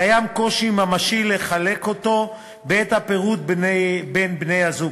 קושי ממשי לחלק אותו בעת פירוד בין בני-זוג.